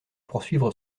poursuivre